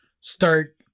start